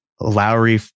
Lowry